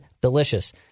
delicious